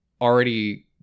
already